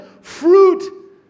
Fruit